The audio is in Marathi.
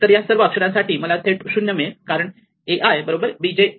तर या सर्व अक्षरांसाठी मला थेट 0 मिळेल कारण a i बरोबर b j नाही